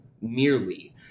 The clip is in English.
merely